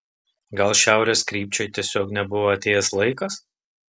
gal šiaurės krypčiai tiesiog nebuvo atėjęs laikas